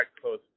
close